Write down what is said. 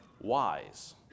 wise